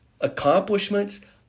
accomplishments